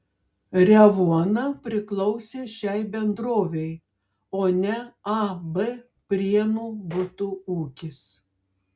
revuona priklausė šiai bendrovei o ne ab prienų butų ūkis